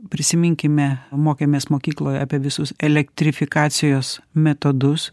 prisiminkime mokėmės mokykloj apie visus elektrifikacijos metodus